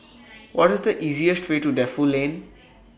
What IS The easiest Way to Defu Lane